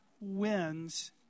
wins